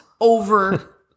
over